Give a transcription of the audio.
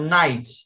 night